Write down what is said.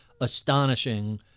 astonishing